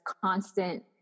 constant